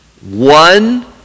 One